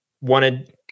wanted –